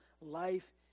life